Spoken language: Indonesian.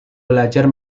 belajar